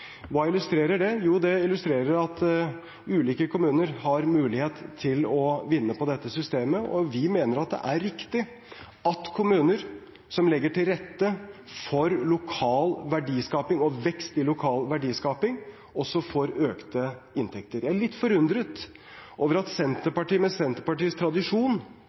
Hva illustrerer det? Jo, det illustrerer at ulike kommuner har mulighet til å vinne på dette systemet, og vi mener at det er riktig at kommuner som legger til rette for lokal verdiskaping og vekst i lokal verdiskaping, også får økte inntekter. Jeg er litt forundret over at Senterpartiet, med Senterpartiets tradisjon,